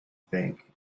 think